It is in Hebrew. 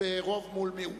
ברוב מול מיעוט.